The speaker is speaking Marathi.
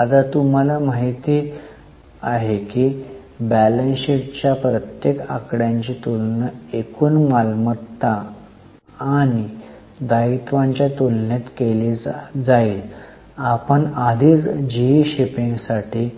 आता तुम्हाला माहिती आहे की बॅलन्स शीटच्या प्रत्येक आकड्यांची तुलना एकूण मालमत्ता आणि दायित्वांच्या तुलनेत केली जाईल आपण आधीच जीई शिपिंगसाठी